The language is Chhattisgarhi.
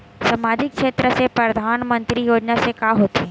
सामजिक क्षेत्र से परधानमंतरी योजना से का होथे?